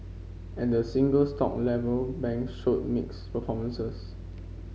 and the single stock level bank showed mixed performances